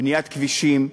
בניית כבישים,